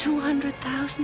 two hundred thousand